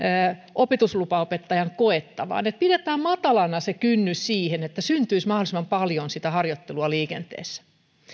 opetuslupaopettajan koetta vaan että pidetään matalana se kynnys siihen että syntyisi mahdollisimman paljon sitä harjoittelua liikenteessä